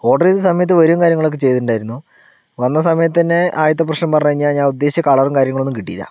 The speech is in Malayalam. ഓർഡർ ചെയ്തിരുന്ന സമയത്ത് വരും കാര്യങ്ങളൊക്കെ ചെയ്തിട്ടുണ്ടായിരുന്നു വന്ന സമയത്ത് തന്നെ ആദ്യത്തെ പ്രശ്നം പറഞ്ഞു കഴിഞ്ഞാ ഞാൻ ഉദ്ദേശിച്ച കളറും കാര്യങ്ങളൊന്നും കിട്ടിയിട്ടില്ല